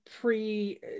pre